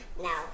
No